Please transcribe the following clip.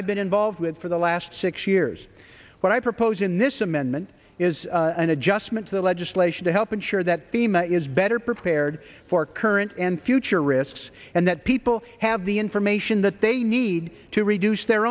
i've been involved with for the last six years what i propose in this amendment is an adjustment to legislation to help ensure that bhima is better prepared for current and future risks and that people have the information that they need to reduce their